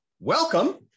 Welcome